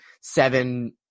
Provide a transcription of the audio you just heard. seven